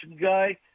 guy